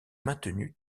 maintenue